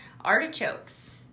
Artichokes